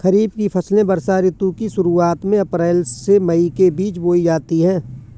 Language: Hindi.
खरीफ की फसलें वर्षा ऋतु की शुरुआत में अप्रैल से मई के बीच बोई जाती हैं